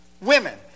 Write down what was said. women